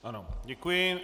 Ano, děkuji.